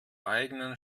eigenen